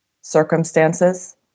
circumstances